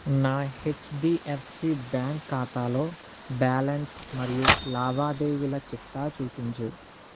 నా HDFC bank ఖాతాలో balance మరియు లావాదేవీల చిట్టా చూపించు